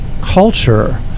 culture